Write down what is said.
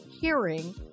hearing